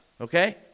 okay